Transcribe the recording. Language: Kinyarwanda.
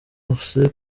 hose